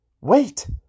Wait